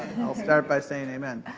i'll start by saying amen.